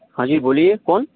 हाँ जी बोलिए कौन